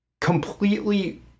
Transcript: completely